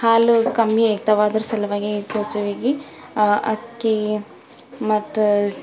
ಹಾಲು ಕಮ್ಮಿ ಇರ್ತಾವೆ ಅದ್ರ ಸಲುವಾಗಿ ಕೂಸಿಗೆ ಅಕ್ಕಿ ಮತ್ತೆ